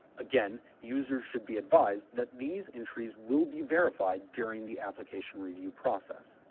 again, users should be advised that these entries will be verified during the application review process.